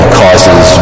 causes